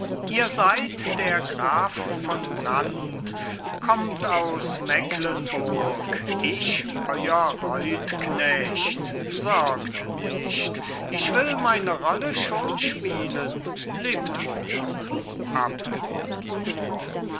ihr seyd der graf von brand kommt aus mecklenburg ich euer reutknecht sorgt nicht ich will meine rolle schon spielen lebt wohl ab moor